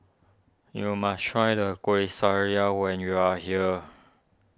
you must try the Kueh when you are here